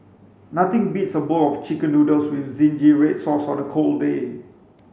nothing beats a bowl of chicken noodles with zingy red sauce on a cold day